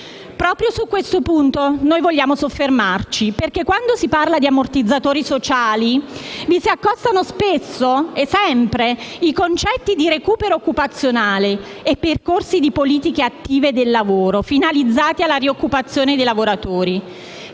Proprio su questo punto noi vogliamo soffermarci perché, quando si parla di ammortizzatori sociali, vi si accostano spesso, anzi sempre, i concetti di recupero occupazionale e percorsi di politiche attive del lavoro finalizzati alla rioccupazione dei lavoratori.